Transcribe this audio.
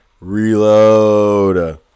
Reload